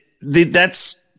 that's-